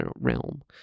realm